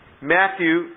Matthew